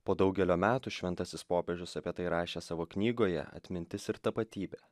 po daugelio metų šventasis popiežius apie tai rašė savo knygoje atmintis ir tapatybė